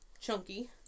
Chunky